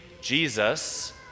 Jesus